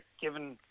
given